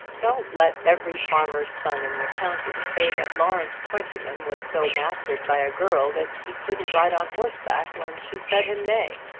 don't let every farmer's son in the county say that lawrence twentyman was so mastered by a girl that he couldn't ride on horseback when she said him nay.